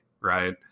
right